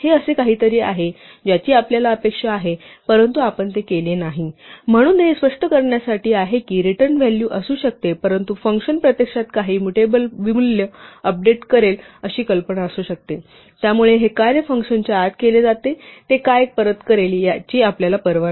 हे असे काहीतरी आहे ज्याची आपल्याला अपेक्षा आहे परंतु आपण ते केले नाही म्हणून हे फक्त स्पष्ट करण्यासाठी आहे की रिटर्न व्हॅल्यू असू शकते परंतु फंक्शन प्रत्यक्षात काही मुटेबल मूल्य अपडेट करेल अशी कल्पना असू शकते त्यामुळे हे कार्य फंक्शनच्या आत केले जाते ते काय परत करेल याची आपल्याला पर्वा नाही